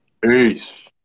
Peace